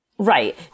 Right